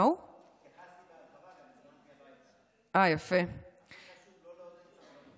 התייחסתי בהרחבה, לא לעודד סרבנות, יפה, יפה.